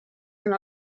from